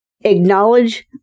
acknowledge